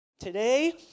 Today